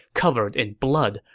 covered in blood.